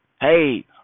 hey